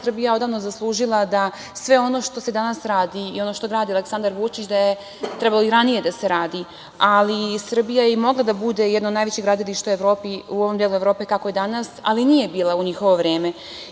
Srbija odavno zaslužila da sve ono što se danas radi i ono što radi Aleksandar Vučić da je trebalo i ranije da se radi, ali Srbija je i mogla da bude jedan od najvećih gradilišta u ovom delu Evrope, kakva je danas, ali nije bila u njihovo vreme